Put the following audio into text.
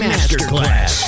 Masterclass